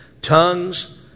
tongues